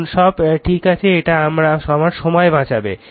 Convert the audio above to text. এখন সব ঠিক আছে এটা আমার সময় বাঁচাবে